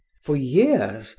for years,